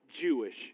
Jewish